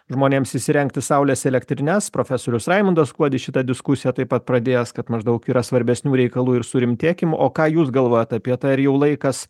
žmonėms įsirengti saulės elektrines profesorius raimundas kuodis šitą diskusiją taip pat pradėjęs kad maždaug yra svarbesnių reikalų ir surimtėkim o ką jūs galvojat apie tai ar jau laikas